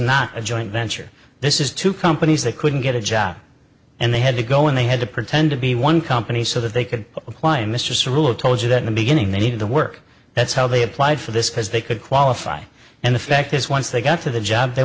not a joint venture this is two companies they couldn't get a job and they had to go and they had to pretend to be one company so that they could apply a mistress rule told you that the beginning they needed the work that's how they applied for this because they could qualify and the fact is once they got to the job they